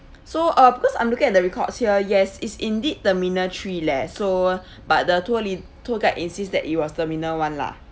so uh because I'm looking at the records here yes is indeed terminal three leh so but the tour le~ tour guide insist that it was terminal one lah